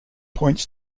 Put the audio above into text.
points